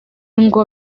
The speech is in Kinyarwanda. ngo